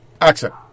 accent